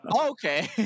okay